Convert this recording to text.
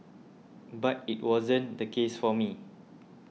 but it wasn't the case for me